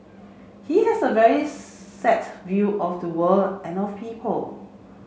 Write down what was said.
he has a very set view of the world and of people